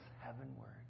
heavenward